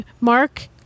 Mark